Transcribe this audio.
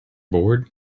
bored